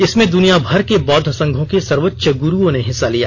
इसमें दुनिया भर के बौद्व संघों के सर्वोच्च गुरुओं ने हिस्सा लिया